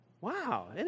Wow